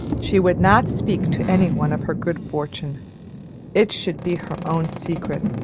she would not speak to any one of her good fortune it should be her own secret